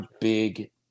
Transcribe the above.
big